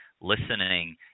listening